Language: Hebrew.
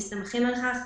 הם מסתמכים על כך,